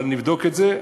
אבל נבדוק את זה,